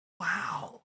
Wow